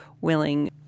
willing